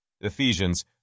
Ephesians